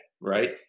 right